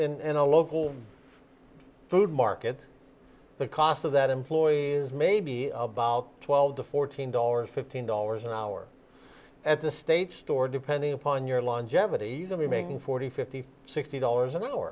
in a local food market the cost of that employees may be about twelve to fourteen dollars fifteen dollars an hour at the state's store depending upon your longevity you could be making forty fifty sixty dollars an hour